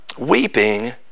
weeping